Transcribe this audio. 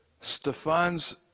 Stefan's